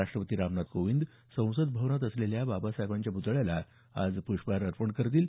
राष्ट्रपती रामनाथ कोविंद संसद भवनात असलेल्या बाबासाहेबांच्या पुतळ्याला पुष्पहार अर्पण करतील